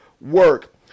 work